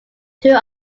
two